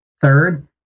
third